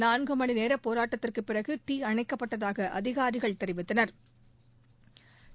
நான்கு மணிநேர போராட்டத்திற்கு பிறகு தீ அணைக்கப்பட்டதாக அதிகாரிகள் தெரிவித்தனா்